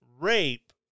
rape